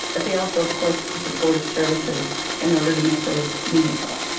but they also of course need supportive services in order to make those meaningful.